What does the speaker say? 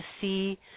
see